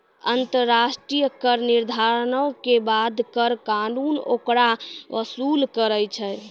अन्तर्राष्ट्रिय कर निर्धारणो के बाद कर कानून ओकरा वसूल करै छै